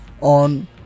on